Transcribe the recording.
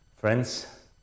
Friends